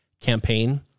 campaign